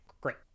great